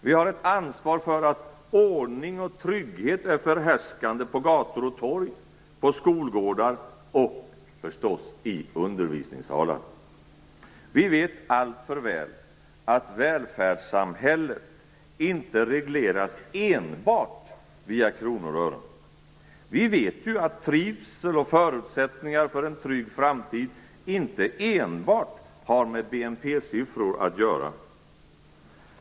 Vi har ett ansvar för att ordning och trygghet är förhärskande på gator och torg, på skolgårdar och, förstås, i undervisningssalar. Vi vet alltför väl att välfärdssamhället inte regleras enbart via kronor och ören. Vi vet ju att trivsel och förutsättningar för en trygg framtid inte enbart har med BNP-siffror att göra.